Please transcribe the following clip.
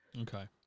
Okay